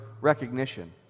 recognition